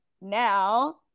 now